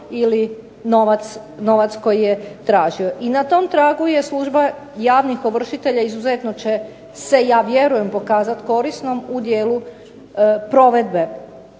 ili novac koji je tražio. I na tom tragu je služba javnih ovršitelja izuzetno će se ja vjerujem pokazati korisnom u dijelu provedbe